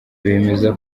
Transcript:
bemeza